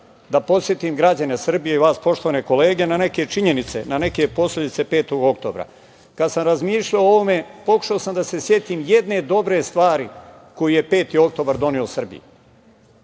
da podsetim građane Srbije i vas poštovane kolege na neke posledice 5. oktobra. Kada sam razmišljao o ovome, pokušao sam da se setim jedne dobre stvari koju je 5. oktobar doneo Srbiji.